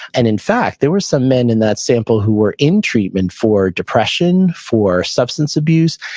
and in fact, there were some men in that sample who were in treatment for depression, for substance abuse.